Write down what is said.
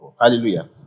Hallelujah